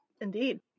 indeed